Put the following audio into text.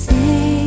Say